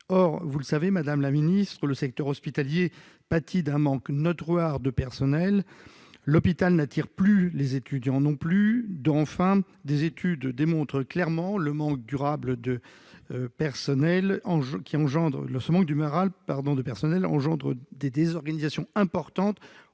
Or, vous le savez, madame la secrétaire d'État, le secteur hospitalier pâtit d'un manque notoire de personnels. L'hôpital n'attire plus non plus les étudiants. Enfin, des études démontrent clairement que le manque durable de personnels engendre des désorganisations importantes